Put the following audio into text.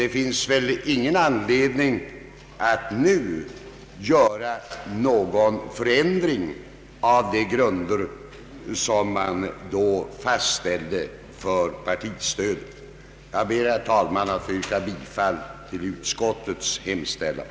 Det finns väl ingen anledning att nu genomföra någon ändring av de grunder som fastställts för partistödet. Jag ber, herr talman, att få yrka bifall till utskottets hemställan.